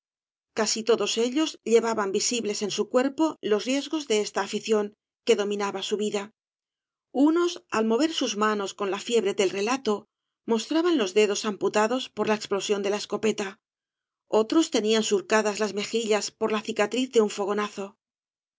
casi todos ellos llevaban visibles en su cuerpo los riesgos de esta afición que dominaba su vida unes al mover sus manos con la fiebre del relato mostraban los dedos amputados por la explosión de la escopeta otros tenían surcadas las mejillas por la cicatriz de un fogonazo